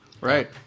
right